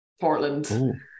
portland